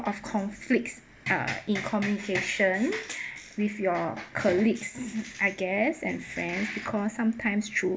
of conflicts uh in communication with your colleagues I guess and friends because sometimes through